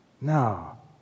No